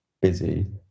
busy